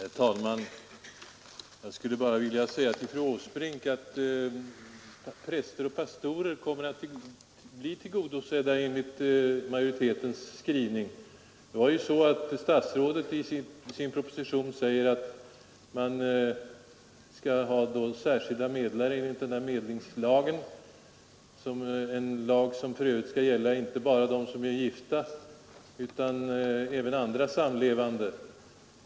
Herr talman! Jag skulle bara vilja säga till fru Åsbrink att präster och pastorer kommer att bli tillgodosedda enligt majoritetens skrivning. Statsrådet säger i sin proposition att man skall utse särskilda medlare enligt den föreslagna medlingslagen, en lag som för övrigt skall gälla inte bara dem som är gifta utan även andra samlevande.